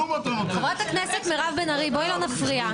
--- חברת הכנסת מירב בן ארי, לא להפריע.